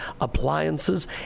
appliances